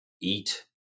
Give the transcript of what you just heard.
eat